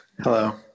Hello